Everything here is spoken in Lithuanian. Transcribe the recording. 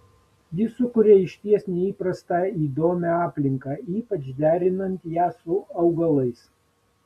ji sukuria išties neįprastą įdomią aplinką ypač derinant ją su augalais